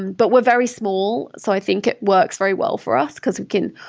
and but we're very small, so i think it works very well for us, because, again,